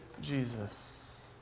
Jesus